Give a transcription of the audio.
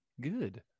good